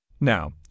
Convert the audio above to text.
Now